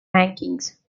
rankings